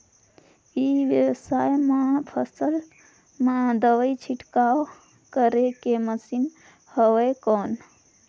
ई व्यवसाय म फसल मा दवाई छिड़काव करे के मशीन हवय कौन?